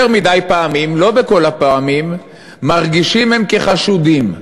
יותר מדי פעמים, לא בכל הפעמים, מרגישים כחשודים,